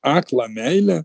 aklą meilę